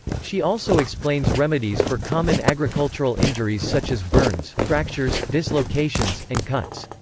she also explains remedies for common agricultural injuries such as burns, fractures, dislocations, and cuts.